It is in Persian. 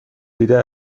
دیده